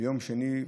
ביום שני,